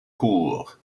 cour